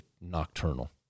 nocturnal